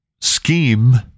scheme